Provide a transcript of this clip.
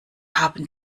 haben